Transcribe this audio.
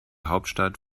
hauptstadt